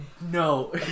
no